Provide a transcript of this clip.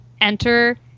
enter